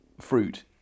fruit